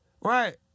Right